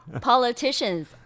politicians